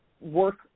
work